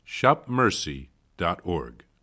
shopmercy.org